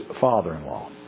father-in-law